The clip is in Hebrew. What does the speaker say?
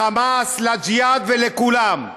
לחמאס, לג'יהאד ולכולם,